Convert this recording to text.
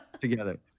together